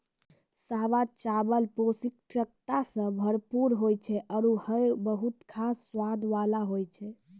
सावा चावल पौष्टिकता सें भरपूर होय छै आरु हय बहुत खास स्वाद वाला होय छै